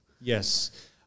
Yes